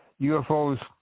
UFOs